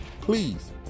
Please